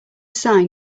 sign